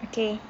okay